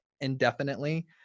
indefinitely